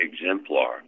exemplar